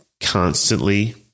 constantly